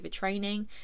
overtraining